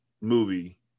movie